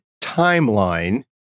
timeline